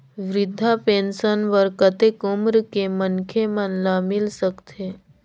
वृद्धा पेंशन बर कतेक उम्र के मनखे मन ल मिल सकथे?